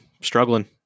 struggling